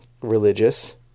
religious